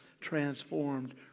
transformed